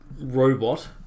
robot